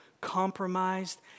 compromised